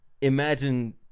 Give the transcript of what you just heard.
imagine